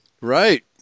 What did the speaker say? Right